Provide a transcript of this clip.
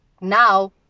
Now